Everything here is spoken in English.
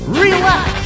relax